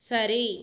சரி